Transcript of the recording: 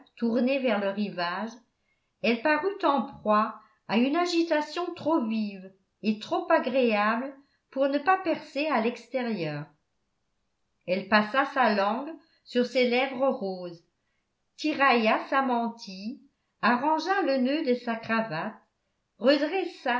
tournés vers le rivage elle parut en proie à une agitation trop vive et trop agréable pour ne pas percer à l'extérieur elle passa sa langue sur ses lèvres roses tirailla sa mantille arrangea le nœud de sa cravate redressa